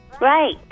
Right